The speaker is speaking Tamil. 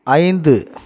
ஐந்து